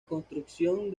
construcción